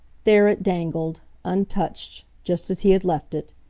there it dangled, untouched, just as he had left it.